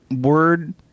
word